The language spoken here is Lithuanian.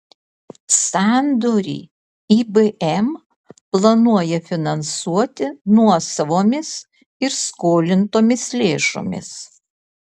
sandorį ibm planuoja finansuoti nuosavomis ir skolintomis lėšomis